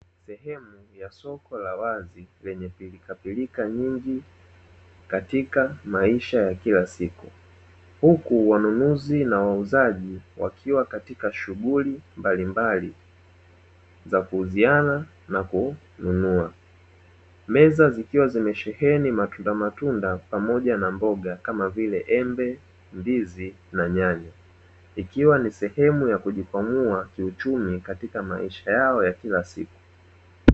Sehemu ya soko la wazi lenye pilikapilika nyingi katika maisha ya kila siku, huku wanunuzi na wauzaji wakiwa katika shughuli mbalimbali za kuuziana na kununua. Meza zikiwa zimesheheni matundamatunda pamoja na mboga kama vile embe, ndizi, na nyanya ikiwa ni sehemu ya kujikwamua kiuchumi katika maisha yao ya kila siku.